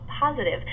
positive